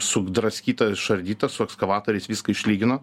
sugdraskyta išardyta su ekskavatoriais viską išlygino